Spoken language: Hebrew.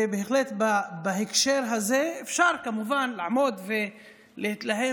ובהחלט בהקשר הזה אפשר כמובן לעמוד ולהתלהם